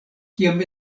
kiam